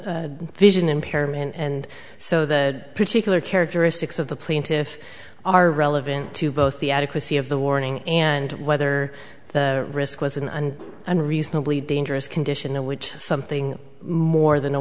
a vision impairment and so that particular characteristics of the plaintiff are relevant to both the adequacy of the warning and whether the risk was an unreasonably dangerous condition in which something more than a